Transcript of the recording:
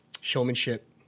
showmanship